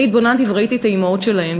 אני התבוננתי וראיתי את האימהות שלהם,